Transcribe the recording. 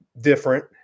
different